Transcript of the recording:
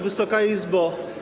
Wysoka Izbo!